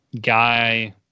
guy